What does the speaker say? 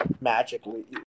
magically